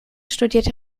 studierte